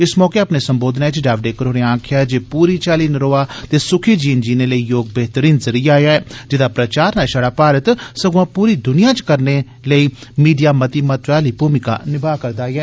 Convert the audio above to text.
इस मौके अपने संबोधनै च जावडेकर होरें आक्खेआ जे योग पूरी चाल्ली नरोआ ते सुखी जीन जीने लेई योग बेहतरीन रिया ऐ जेह्दा प्रचार न शड़ा भारत सगुआं पूरी दुनिया च करने लेई मीडिया मती महत्वै आली भूमका नमा करदा ऐ